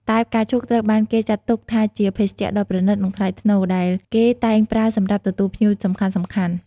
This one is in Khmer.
តែផ្កាឈូក ត្រូវបានគេចាត់ទុកថាជាភេសជ្ជៈដ៏ប្រណីត និងថ្លៃថ្នូរ ដែលគេតែងប្រើសម្រាប់ទទួលភ្ញៀវសំខាន់ៗ